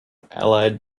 allied